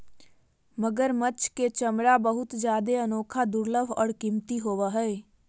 मगरमच्छ के चमरा बहुत जादे अनोखा, दुर्लभ और कीमती होबो हइ